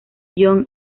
john